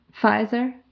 Pfizer